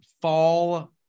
fall